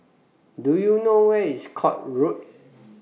Do YOU know Where IS Court Road